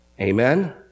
Amen